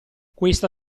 questa